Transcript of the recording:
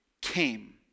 came